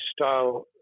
style